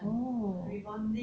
oh